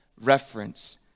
reference